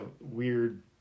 weird